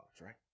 right